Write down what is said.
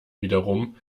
wiederum